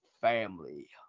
family